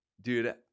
Dude